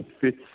fits